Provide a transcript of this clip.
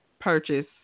purchase